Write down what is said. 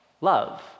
love